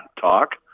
talk